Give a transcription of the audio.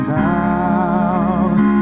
now